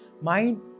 Mind